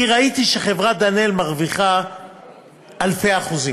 כי ראיתי שחברת דנאל מרוויחה אלפי אחוזים.